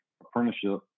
apprenticeship